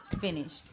finished